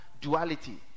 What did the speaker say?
duality